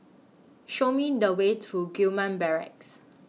Show Me The Way to Gillman Barracks